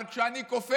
אבל אני כופה,